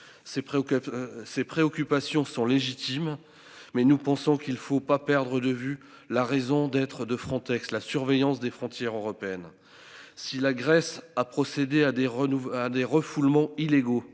Ces préoccupations sont légitimes mais nous pensons qu'il faut pas perdre de vue la raison d'être de Frontex. La surveillance des frontières européennes. Si la Grèce a procédé à des à des refoulements illégaux